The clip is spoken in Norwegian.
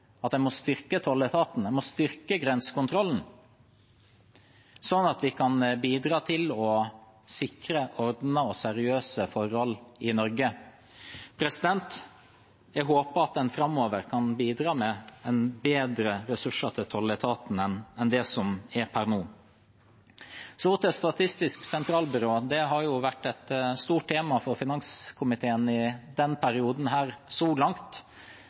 styrke tolletaten, styrke grensekontrollen, sånn at vi kan bidra til å sikre ordnede og seriøse forhold i Norge. Jeg håper at en framover kan bidra med bedre ressurser til tolletaten enn det som er per nå. Så til Statistisk sentralbyrå. Det har vært et stort tema for finanskomiteen så langt i perioden.